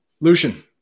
Lucian